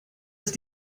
ist